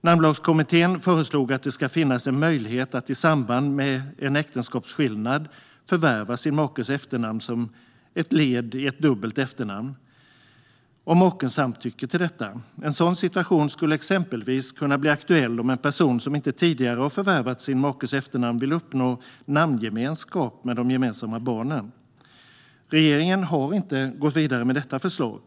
Namnlagskommittén föreslog att det i samband med en äktenskapsskillnad ska finnas en möjlighet att förvärva sin makes efternamn som ett led i ett dubbelt efternamn, om maken samtycker till detta. En sådan situation skulle exempelvis kunna bli aktuell om en person som inte tidigare har förvärvat sin makes efternamn vill uppnå namngemenskap med de gemensamma barnen. Regeringen har inte gått vidare med detta förslag.